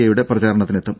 A യുടെ പ്രചാരണത്തിനെത്തും